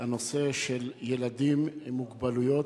דיון בנושא ילדים עם מוגבלויות.